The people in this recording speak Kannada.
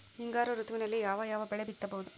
ಹಿಂಗಾರು ಋತುವಿನಲ್ಲಿ ಯಾವ ಯಾವ ಬೆಳೆ ಬಿತ್ತಬಹುದು?